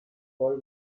pearl